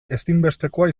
ezinbestekoa